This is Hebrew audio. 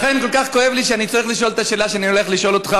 לכן כל כך כואב לי שאני צריך לשאול את השאלה שאני הולך לשאול אותך,